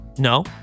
No